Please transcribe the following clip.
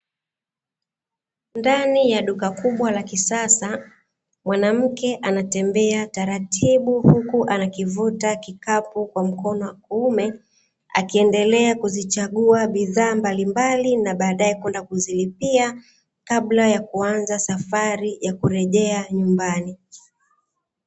Ndani ya duka kubwa la kisasa mwanamke anatembea taratibu huku anakivuta kikapu kwa mkono wa kuume, akiendelea kuzichagua bidhaa mbalimbali na badae kwenda kuzilipia kabla ya kuanza safari ya kurejea nyumbani.